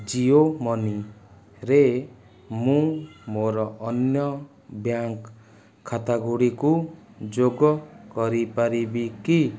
ଜିଓ ମନିରେ ମୁଁ ମୋର ଅନ୍ୟ ବ୍ୟାଙ୍କ୍ ଖାତାଗୁଡ଼ିକୁ ଯୋଗ କରିପାରିବି କି